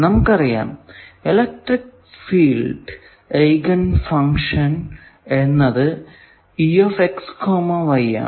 നമുക്കറിയാം electric field eigen function എന്നതാണ്